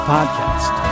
Podcast